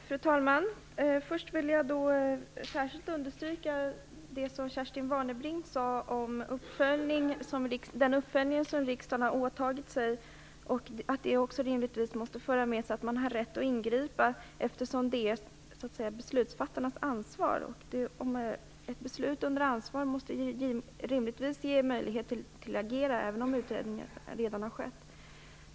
Fru talman! Först vill jag särskilt understryka det som Kerstin Warnerbring sade om riksdagens åtagande om uppföljning och att det rimligtvis också måste medföra att man har rätt att ingripa, eftersom det är beslutsfattarnas ansvar. Ett beslut under ansvar måste rimligtvis ge möjligheter att agera även om utredning redan har skett.